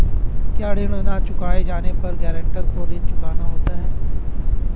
क्या ऋण न चुकाए जाने पर गरेंटर को ऋण चुकाना होता है?